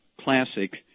Classic